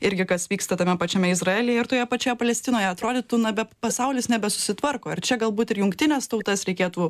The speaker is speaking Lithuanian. irgi kas vyksta tame pačiame izraelyje ir toje pačioje palestinoje atrodytų na be pasaulis nebesusitvarko ir čia galbūt ir jungtines tautas reikėtų